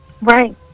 right